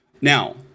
Now